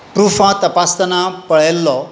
प्रुफां तपासतना पळयल्लो